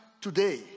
today